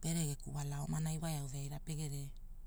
pere geku urala omanai wae au veaira pegere